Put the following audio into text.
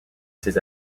ses